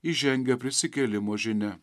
įžengia prisikėlimo žinia